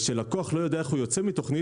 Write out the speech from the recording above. וכשלקוח לא יודע איך הוא יוצא מתוכנית,